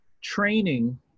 training